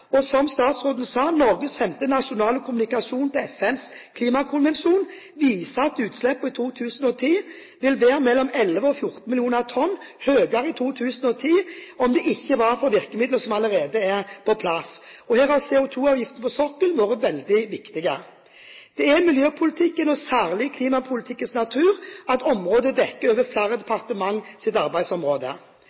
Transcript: Og som statsråden sa: Norges femte nasjonale kommunikasjon til FNs klimakonvensjon viser at utslippene i 2010 ville vært mellom 11 og 14 millioner tonn høyere i 2010 om det ikke var for virkemidlene som allerede er på plass. Her har CO2-avgiften på sokkelen vært veldig viktig. Det er miljøpolitikkens, og særlig klimapolitikkens, natur at området dekker over flere departementers arbeidsområde.